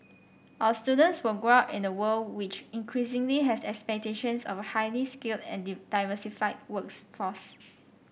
our students will grow up in the world which increasingly has expectations of a highly skilled and did diversified works force